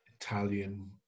Italian